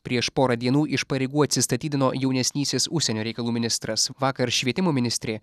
prieš porą dienų iš pareigų atsistatydino jaunesnysis užsienio reikalų ministras vakar švietimo ministrė